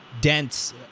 dense